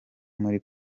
muri